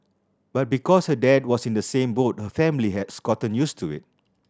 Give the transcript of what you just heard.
but because her dad was in the same boat her family has gotten used to it